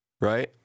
right